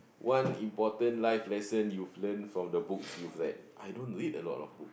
one important life lesson you've learnt from the books you've read I don't read a lot of book